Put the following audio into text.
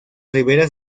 riberas